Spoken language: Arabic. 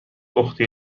أختي